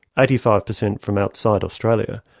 eighty five per cent from outside australia,